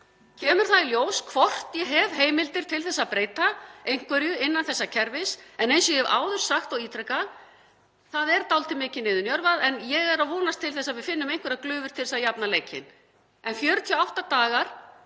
kemur vonandi í ljós hvort ég hef heimildir til þess að breyta einhverju innan þessa kerfis en eins og ég hef áður sagt og ítrekað þá er það dálítið mikið niðurnjörvað, ég er að vonast til þess að við finnum einhverjar glufur til að jafna leikinn. En 48 dagar